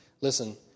Listen